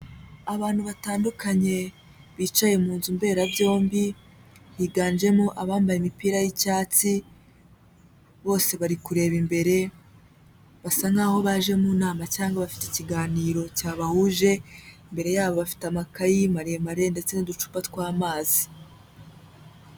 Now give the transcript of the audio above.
Abantu batandukanye bicaye mu nzu mberabyombi, higanjemo abambaye imipira y'icyatsi bose bari kureba imbere basa nkaho baje mu nama cyangwa bafite ikiganiro cyabahuje, imbere yabo bafite amakayi maremare ndetse n'uducupa tw'amazi.